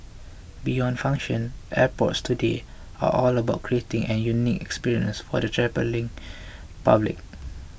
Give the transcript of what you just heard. beyond function airports today are all about creating an unique experience for the travelling public